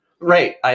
Right